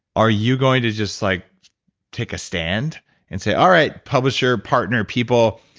are you going to just like take a stand and say, all right, publisher partner people,